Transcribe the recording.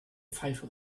pfeife